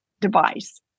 device